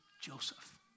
Joseph